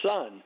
son